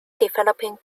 developing